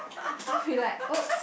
I'll be like !oops!